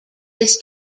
his